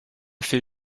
fait